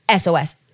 SOS